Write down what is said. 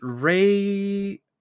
Ray